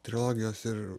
trilogijos ir